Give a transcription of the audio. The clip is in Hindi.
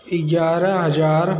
ग्यारह हज़ार